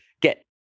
get